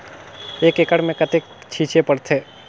एक एकड़ मे कतेक छीचे पड़थे?